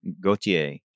Gautier